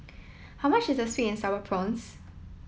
how much is Sweet and Sour Prawns